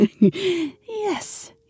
Yes